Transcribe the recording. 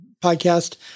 podcast